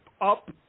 up